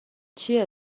چیه